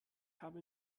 habe